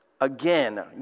again